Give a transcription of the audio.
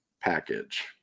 package